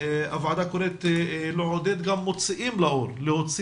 הוועדה קוראת לעודד גם מוציאים לאור הוציא